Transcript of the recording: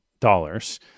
dollars